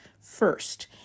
first